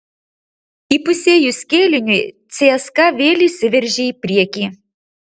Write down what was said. įpusėjus kėliniui cska vėl išsiveržė į priekį